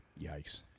Yikes